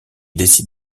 décide